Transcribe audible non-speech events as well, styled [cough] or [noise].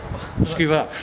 [laughs] scribble out